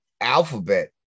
alphabet